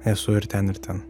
esu ir ten ir ten